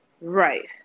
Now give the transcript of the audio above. Right